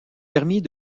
permis